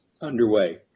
underway